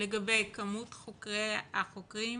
לגבי כמות החוקרים